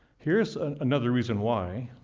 here's another reason why.